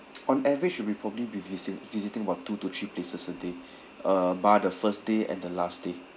on average we'll be probably be visit~ visiting about two to three places a day uh by the first day and the last day